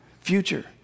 future